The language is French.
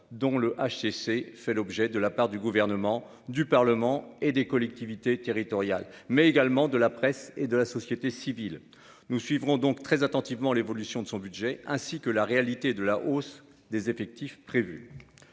dont il fait l'objet de la part du Gouvernement, du Parlement, des collectivités territoriales, mais également de la presse et de la société civile. Nous suivrons donc très attentivement l'évolution de son budget et veillerons à l'effectivité de la hausse des effectifs prévue.